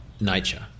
nature